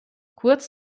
kurz